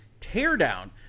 Teardown